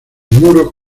muros